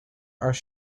are